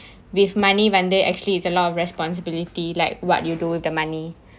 with money வந்து:vanthu actually it's a lot of responsibility like what you do with the money